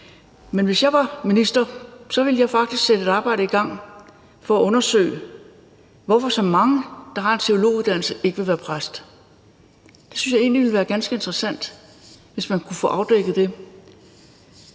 Men hvis jeg var minister, ville jeg faktisk sætte et arbejde i gang for at undersøge, hvorfor så mange, der har en teologiuddannelse, ikke vil være præst. Det synes jeg egentlig ville være ganske interessant hvis man kunne få afdækket,